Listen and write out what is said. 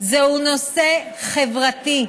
זהו נושא חברתי,